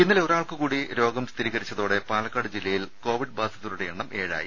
ഇന്നലെ ഒരാൾക്ക് കൂടി രോഗം സ്ഥിരീകരിച്ചതോടെ പാലക്കാട് ജില്ലയിൽ കോവിഡ് ബാധിതരുടെ എണ്ണം ഏഴായി